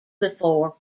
before